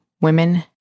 women